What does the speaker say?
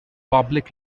public